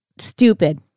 Stupid